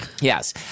yes